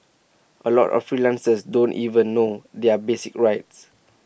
A lot of freelancers don't even know their basic rights